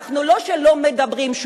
אנחנו כן מדברים,